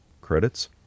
credits